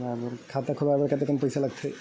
खाता खुलवाय बर कतेकन पईसा लगही?